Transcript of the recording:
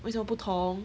为什么不同